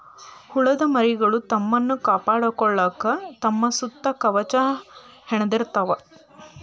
ಹುಳದ ಮರಿಗಳು ತಮ್ಮನ್ನ ಕಾಪಾಡಕೊಳಾಕ ತಮ್ಮ ಸುತ್ತ ಕವಚಾ ಹೆಣದಿರತಾವ